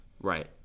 Right